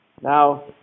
Now